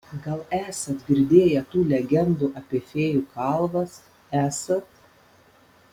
gal esat girdėję tų legendų apie fėjų kalvas esat